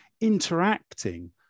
interacting